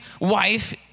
wife